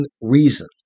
reason